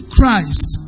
Christ